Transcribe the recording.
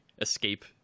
escape